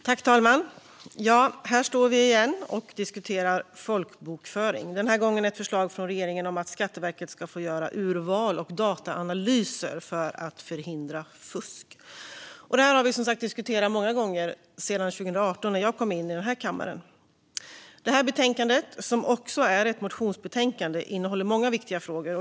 Herr talman! Här står vi igen och diskuterar folkbokföring, den här gången ett förslag från regeringen om att Skatteverket ska få göra urval och dataanalyser för att förhindra fusk. Detta har vi som sagt diskuterat många gånger sedan 2018, då jag kom in i den här kammaren. Betänkandet, som också är ett motionsbetänkande, innehåller många viktiga frågor.